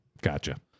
Gotcha